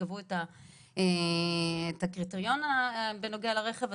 כשקבעו את הקריטריון בנוגע לרכב,